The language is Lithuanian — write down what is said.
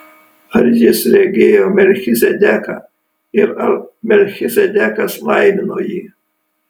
ar jis regėjo melchizedeką ir ar melchizedekas laimino jį